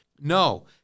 No